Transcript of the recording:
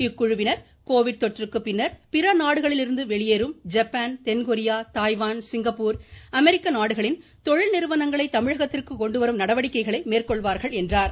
இக்குழுவினர் கோவிட் தொற்றுக்கு பின்னர் பிற நாடுகளிலிருந்து வெளியேறும் ஜப்பான் தென்கொரியா தாய்வான் சிங்கப்பூர் அமெரிக்கா நாடுகளின் தொழில்நிறுவனங்களை கொண்டு தமிழகத்திற்கு வரும் நடவடிக்கைகளை மேற்கொள்வார்கள் என்றார்